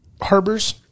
harbors